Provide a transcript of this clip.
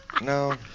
No